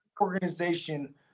organization